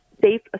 Safe